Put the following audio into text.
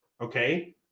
okay